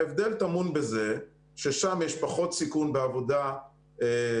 ההבדל טמון בזה ששם יש פחות סיכון בעבודה סטרילית,